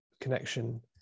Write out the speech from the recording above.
connection